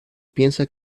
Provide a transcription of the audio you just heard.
piensa